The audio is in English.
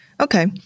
Okay